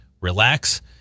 relax